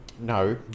No